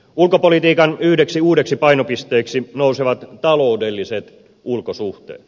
ulkopolitiikan yhdeksi uudeksi painopisteeksi nousevat taloudelliset ulkosuhteet